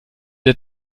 der